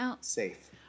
Safe